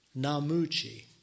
Namuchi